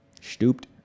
stooped